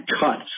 cuts